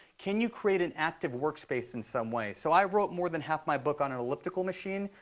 can you create an active workspace in some way? so i wrote more than half my book on an elliptical machine.